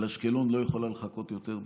אבל אשקלון לא יכולה לחכות יותר,